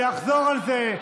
אני אחזור על זה.